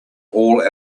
all